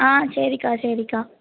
ஆ சரிக்கா சரிக்கா